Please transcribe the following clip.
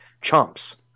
chumps